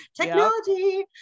Technology